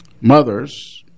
Mother's